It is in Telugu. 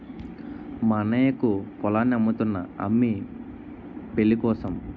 మా అన్నయ్యకు పొలాన్ని అమ్ముతున్నా అమ్మి పెళ్ళికోసం